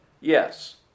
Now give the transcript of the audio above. yes